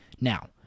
Now